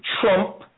trump